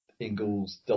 Ingalls